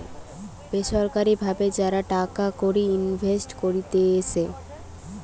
বেসরকারি ভাবে যারা টাকা কড়ি ইনভেস্ট করতিছে